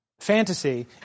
Fantasy